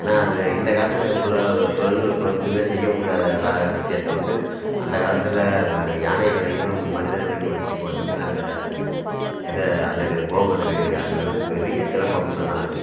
ஏன்னால் அது இந்தக் காலத்தில் இவ்வளோ தொழில்நுட்பம் இருந்துமே செய்ய முடியாத விஷயத்த வந்து அந்தக் காலத்தில் இப்போ யானைகளையும் மனிதர்களையுமே வைச்சு கொண்டுமே அந்த இதை அந்த க கோபுரத்தை கட்டியிருக்காங்கங்கிறது பெரிய சிறப்பம்சம் தான் அது